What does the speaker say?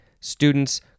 Students